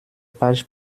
page